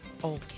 Okay